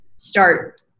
start